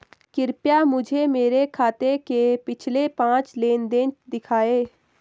कृपया मुझे मेरे खाते के पिछले पांच लेन देन दिखाएं